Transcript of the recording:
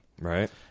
Right